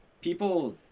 people